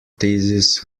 thesis